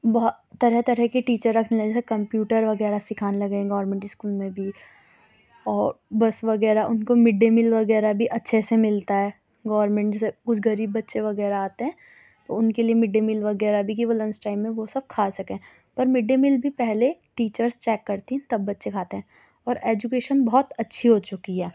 بہت طرح طرح کے ٹیچر رکھنے لگے جیسے کمپیوٹر وغیرہ سکھانے لگے ہیں گورمنٹ اسکول میں بھی اور بس وغیرہ اُن کو مڈ ڈے میل وغیرہ بھی اچھے سے ملتا ہے گورمنٹ جیسے کچھ غریب بچے وغیرہ آتے ہیں تو اُن کے لیے مڈ ڈے میل وغیرہ بھی کہ وہ لنچ ٹائم میں وہ سب کھا سکیں پر مڈ ڈے میل بھی پہلے ٹیچرس چیک کرتی ہیں تب بچے کھاتے ہیں اور ایجوکیشن بہت اچھی ہو چُکی ہے